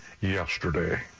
yesterday